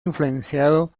influenciado